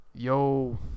Yo